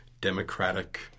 democratic